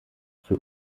für